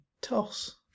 toss